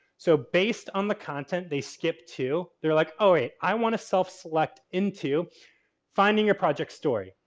so, based on the content they skip to they're like oh, wait, i want to self-select into finding your project story.